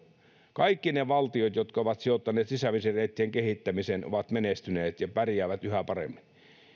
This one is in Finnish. kaikki ne valtiot jotka ovat sijoittaneet sisävesireittien kehittämiseen ovat menestyneet ja pärjäävät yhä paremmin